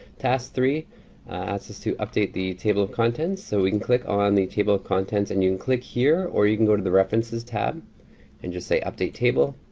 task three asks us to update the table of contents. so we can click on the table of contents. and you can click here, or you can go to the references tab and just say update table,